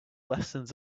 lessons